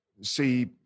see